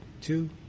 two